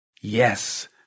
Yes